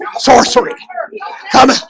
sorcery come